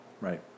Right